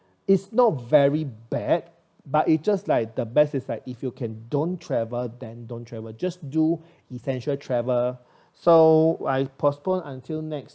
it's not very bad but it just like the best is like that if you can don't travel than don't travel just do essential travel so I postponed until next